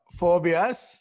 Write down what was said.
phobias